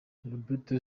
roberto